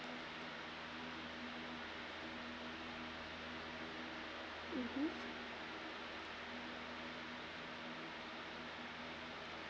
mmhmm